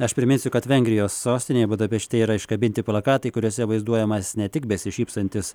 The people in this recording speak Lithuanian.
aš priminsiu kad vengrijos sostinėje budapešte yra iškabinti plakatai kuriuose vaizduojamas ne tik besišypsantis